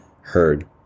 heard